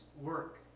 work